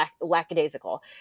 lackadaisical